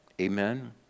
Amen